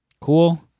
cool